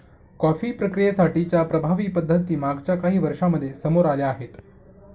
coffee प्रक्रियेसाठी च्या प्रभावी पद्धती मागच्या काही वर्षांमध्ये समोर आल्या आहेत